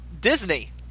disney